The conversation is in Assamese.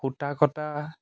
সূতা কটা